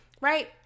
Right